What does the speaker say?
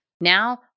Now